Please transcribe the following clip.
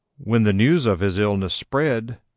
when the news of his illness spread,